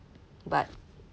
but